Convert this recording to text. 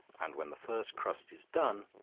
and when the first crust is done,